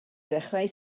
ddechrau